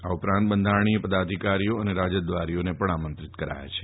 આ ઉપરાંત બંધારણીય પદાધિકારીઓ અને રાજદ્વારીઓને પણ આમંત્રિત કરાયા છે